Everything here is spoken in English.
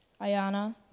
Ayana